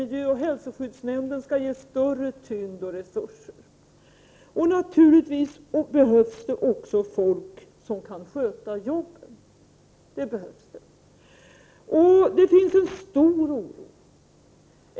Miljöoch hälsoskyddsnämnden måste ges en större tyngd och få mer resurser, och det behövs naturligtvis också människor som kan sköta jobben. Det finns en stor oro.